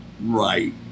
Right